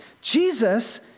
Jesus